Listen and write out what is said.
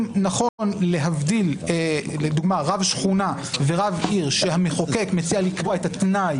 נכון להבדיל לדוגמה רב שכונה ורב עיר שהמחוקק מציע לקבוע את התנאי